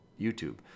YouTube